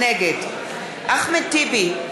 נגד אחמד טיבי,